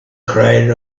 crowd